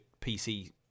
pc